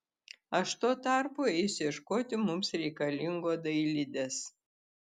aš tuo tarpu eisiu ieškoti mums reikalingo dailidės